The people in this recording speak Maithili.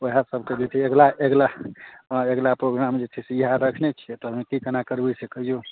उएह सभके जे छै अगिला अगिला अगिला प्रोग्राम जे छै से इएह रखने छियै तऽ की केना करबै से कहियौ